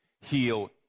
heal